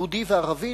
יהודי וערבי,